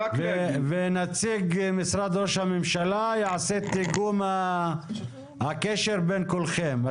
ונציג משרד ראש הממשלה יעשה את איגוד הקשר בין כולכם.